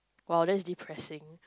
!wow! that is depressing